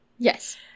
Yes